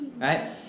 right